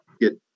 get